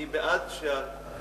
אני בעד שהכנסת,